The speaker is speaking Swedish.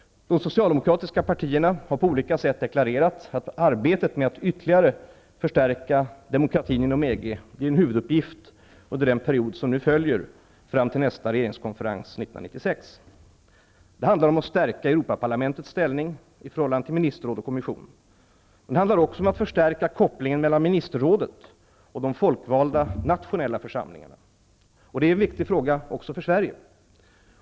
De socialdemokratiska partierna har på olika sätt deklarerat att arbetet med att ytterligare förstärka demokratin inom EG blir en huvuduppgift under den period som nu följer fram till nästa regeringskonferens 1996. Det handlar om att stärka Europaparlamentets ställning i förhållande till Ministerråd och Kommission. Men det handlar också om att förstärka kopplingen mellan Ministerrådet och de folkvalda nationella församlingarna. Det är en viktig fråga också för Sverige.